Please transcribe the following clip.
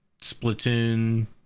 Splatoon